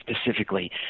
specifically